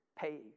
pay